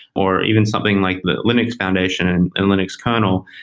or even something like linux foundation and and linux kernel,